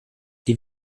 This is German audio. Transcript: die